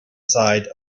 side